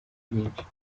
byinshi